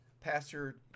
pastor